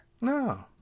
No